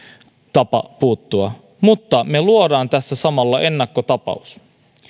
tapa puuttua mutta me luomme tässä samalla ennakkotapauksen